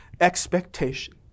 expectation